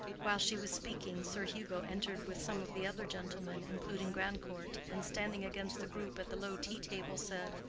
while she was speaking, sir hugo entered with some of the other gentlemen, including grandcourt, and standing against the group at the low tea-table said,